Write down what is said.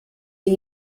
ihr